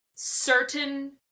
Certain